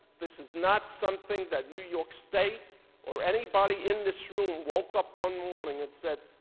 this is not something that new york state or anybody in this room woke up one morning and said,